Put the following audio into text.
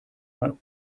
mal